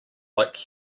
like